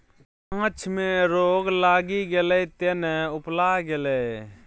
माछ मे रोग लागि गेलै तें ने उपला गेलै